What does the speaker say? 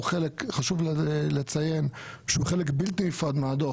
חשוב לציין שהוא חלק בלתי נפרד מהדו"ח,